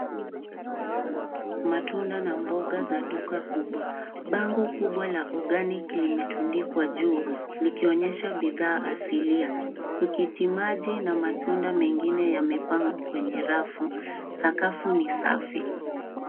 Matunda na mboga za duka kubwa bango kubwa la organic limetundikwa juu likionyesha bidhaa asilia tikitimaji na matunda mengine yamepangwa kwenye rafu sakafu ni safi